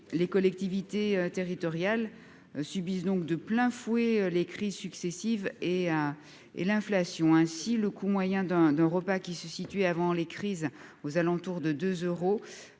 les collectivités territoriales subissent de plein fouet les crises successives et l'inflation. Ainsi, le coût moyen d'un repas se situait avant ces crises aux alentours de 2 euros.